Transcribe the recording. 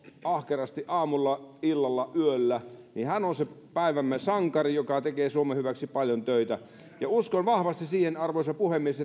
ahkerasti aamulla illalla yöllä on se päivämme sankari joka tekee suomen hyväksi paljon töitä ja uskon vahvasti että kun työmarkkinajärjestöt arvoisa puhemies